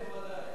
טוב.